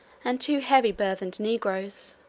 and too heavy burthened negroes.